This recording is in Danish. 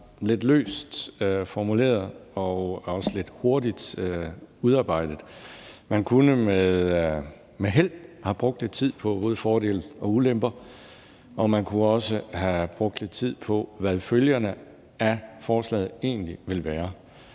lidt løst formuleret og også lidt hurtigt udarbejdet. Man kunne med held have brugt lidt tid på både fordele og ulemper, og man kunne også have brugt lidt tid på, hvad følgerne af forslaget egentlig vil være.